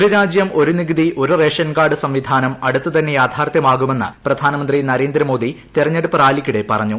ഒരുരാജ്യം ഒരു നികുതി ഒരു റേഷൻ കാർഡ് സംവിധാനം അടുത്തുതന്നെ യാഥാർത്ഥ്യമാകുമെന്ന് പ്രധാനമന്ത്രി നരേന്ദ്രമോദി തെരഞ്ഞെടുപ്പ് റാലിക്കിടെ പറഞ്ഞു